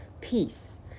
peace